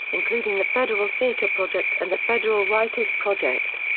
including the federal theatre project and the federal writers' project.